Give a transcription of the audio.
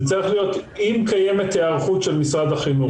זה צריך להיות: "אם קיימת היערכות של משרד החינוך",